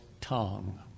tongue